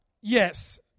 Yes